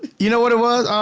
you know what it was?